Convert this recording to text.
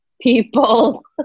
people